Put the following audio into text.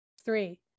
three